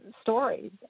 stories